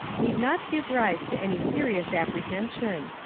need not give rise to any serious apprehension.